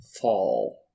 Fall